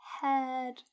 head